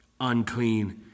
unclean